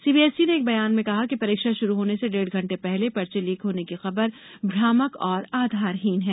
CBSE ने एक बयान में कहा कि परीक्षा शुरू होने से डेढ़ घंटे पहले पर्चे लीक होने की खबर भ्रामक और आधारहीन है